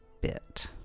bit